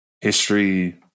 history